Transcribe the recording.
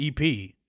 EP